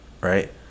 right